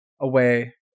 away